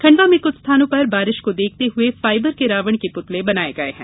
खंडवा में कुछ स्थानों पर बारिश को देखते हुए फाइबर के रावण के पुतले बनाये गये हैं